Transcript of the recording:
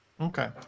Okay